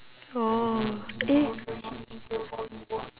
orh eh